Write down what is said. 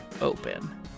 open